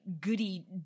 goody